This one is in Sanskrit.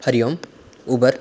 हरि ओम् उबर्